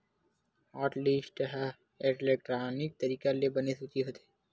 hotlist ह electronic तरीका ले बने सूची होथे